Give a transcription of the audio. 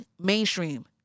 mainstream